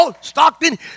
Stockton